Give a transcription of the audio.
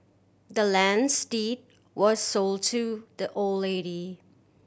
the land's deed was sold to the old lady